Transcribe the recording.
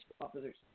officers